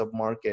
submarket